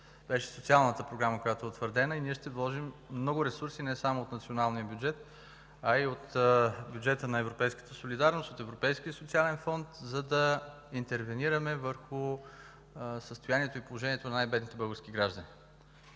е социалната програма, която е утвърдена. Ние ще вложим много ресурси – не само от националния бюджет, а и от бюджета на европейската солидарност, от Европейския социален фонд, за да интервенираме върху състоянието и положението на най-бедните български граждани.